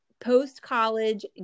post-college